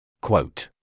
quote